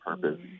purpose